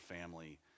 family